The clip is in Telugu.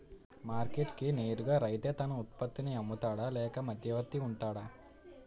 మార్కెట్ కి నేరుగా రైతే తన ఉత్పత్తి నీ అమ్ముతాడ లేక మధ్యవర్తి వుంటాడా?